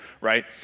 right